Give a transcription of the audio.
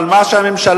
אבל מה שהממשלה,